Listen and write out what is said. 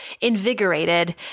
invigorated